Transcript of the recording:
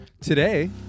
Today